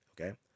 Okay